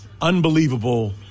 unbelievable